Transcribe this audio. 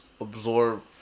absorb